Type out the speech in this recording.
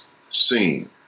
seen